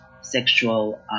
sexual